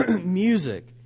music